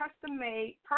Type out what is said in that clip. custom-made